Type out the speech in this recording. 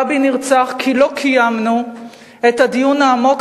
רבין נרצח כי לא קיימנו את הדיון העמוק